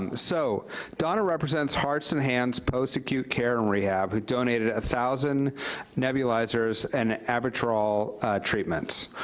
and so donna represents hearts and hands post acute care and rehab, who donated a thousand nebulizers and albuterol treatments.